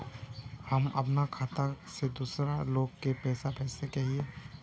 हम अपना खाता से दूसरा लोग के पैसा भेज सके हिये?